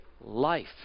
life